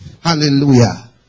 Hallelujah